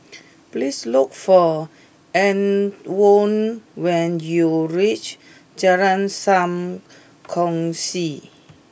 please look for Antwon when you reach Jalan Sam Kongsi